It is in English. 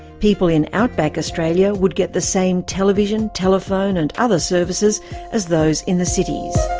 people in outback australia would get the same television, telephone and other services as those in the cities.